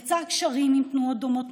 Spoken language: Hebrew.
יצר קשרים עם תנועות דומות,